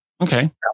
Okay